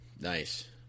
Nice